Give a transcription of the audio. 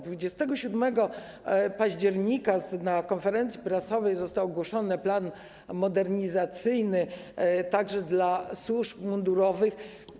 27 października na konferencji prasowej został ogłoszony plan modernizacyjny, także dla służb mundurowych.